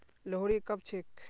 लोहड़ी कब छेक